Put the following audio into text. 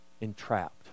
Entrapped